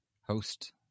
host